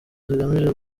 zigamije